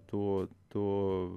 tų tų